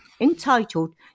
entitled